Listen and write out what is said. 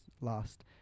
last